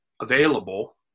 available